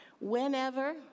Whenever